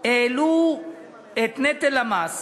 העלו את נטל המס